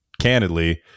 candidly